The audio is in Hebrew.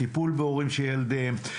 טיפול בהורים של ילדיהם,